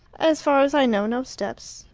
as far as i know, no steps.